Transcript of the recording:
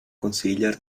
conciliar